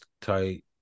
tight